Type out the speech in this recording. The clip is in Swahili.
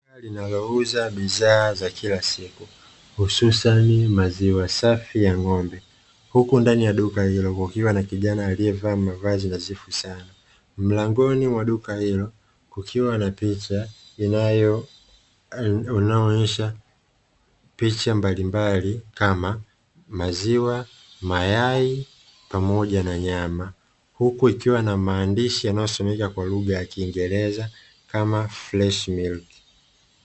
Duka linalouza bidhaa za kila siku hususani maziwa safi ya ng'ombe; huku ndani ya duka hilo kukiwa na kijana aliyevaa mavazi nadhifu sana, mlangoni kukiwa na picha inayoonyesha picha mbalimbali kama; maziwa, mayai pamoja na nyama; huku kukiwa na maandishi yanayosomeka kwa lugha ya kingeleza kama ''freshi miliki'.